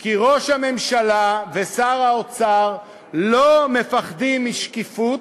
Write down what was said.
כי ראש הממשלה ושר האוצר לא מפחדים משקיפות,